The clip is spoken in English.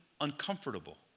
uncomfortable